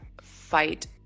fight